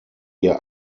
ihr